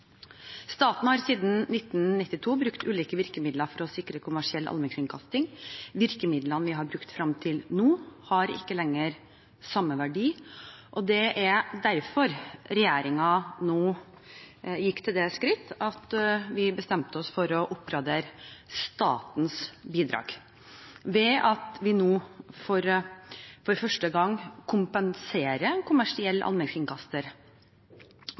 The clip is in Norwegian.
Staten har siden 1992 brukt ulike virkemidler for å sikre kommersiell allmennkringkasting. Virkemidlene vi har brukt fram til nå, har ikke lenger samme verdi, og det er derfor regjeringen gikk til det skritt at vi bestemte oss for å oppgradere statens bidrag, ved at vi for første gang kompenserer